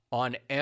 on